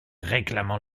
réclamant